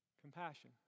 Compassion